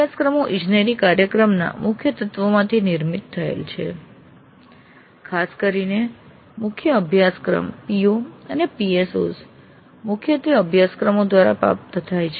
અભ્યાસક્રમો ઇજનેરી કાર્યક્રમના મુખ્ય તત્વોમાંથી નિર્મિત થયેલ છે ખાસ કરીને મુખ્ય અભ્યાસક્રમ અને POs અને PSOs મુખ્યત્વે અભ્યાસક્રમો દ્વારા પ્રાપ્ત થાય છે